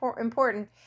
important